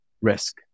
risk